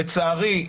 לצערי,